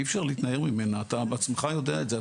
אי אפשר להתנער ממנה ואתה בעצמך יודע את זה,